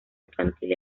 infantil